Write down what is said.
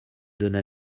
donna